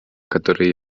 которые